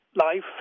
life